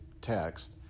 text